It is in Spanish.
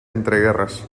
entreguerras